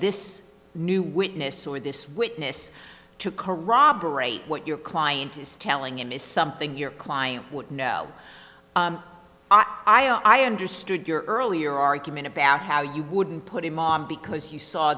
this new witness or this witness to corroborate what your client is telling him is something your client would know i understood your earlier argument about how you wouldn't put him on because you saw